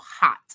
hot